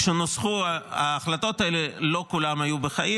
כשנוסחו ההחלטות האלה לא כולם היו בחיים